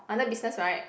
under business right